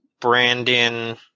Brandon